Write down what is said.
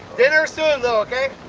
dinner soon though okay?